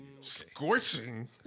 Scorching